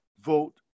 vote